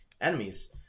enemies